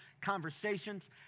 conversations